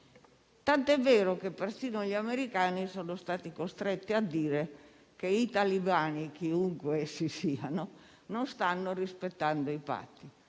Tanto è vero che persino gli americani sono stati costretti a dire che i talebani, chiunque essi siano, non stanno rispettando i patti;